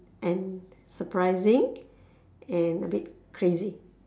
and surprising and a bit crazy